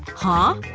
huh?